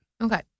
Okay